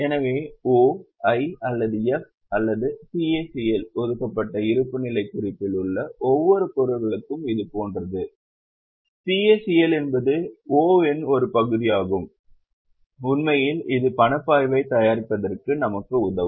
எனவே O I அல்லது F அல்லது CACL ஒதுக்கப்பட்ட இருப்புநிலைக் குறிப்பில் உள்ள ஒவ்வொரு பொருளுக்கும் இது போன்றது CACL என்பது O இன் ஒரு பகுதியாகும் உண்மையில் இது பணப்பாய்வை தயாரிப்பதற்கு நமக்கு உதவும்